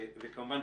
וכמובן,